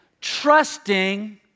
trusting